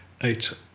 eight